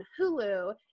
Hulu